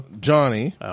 Johnny